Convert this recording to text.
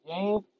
Game